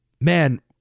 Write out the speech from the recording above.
Man